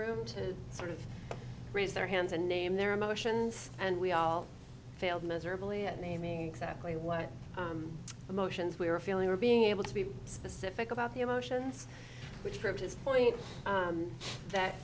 room to sort of raise their hands and name their emotions and we all failed miserably at naming exactly what emotions we were feeling or being able to be specific about the emotions which proved his point that